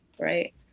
right